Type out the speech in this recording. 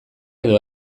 edo